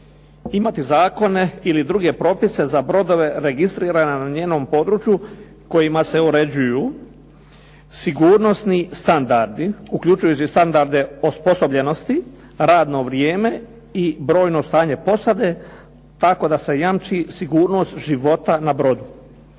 imati zakone ili druge propise za brodove registrirane na njenom području kojima se uređuju sigurnosni standardi uključujući standarde osposobljenosti, radno vrijeme i brojno stanje posade tako da se jamči sigurnost života na brodu.